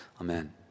amen